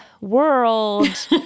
world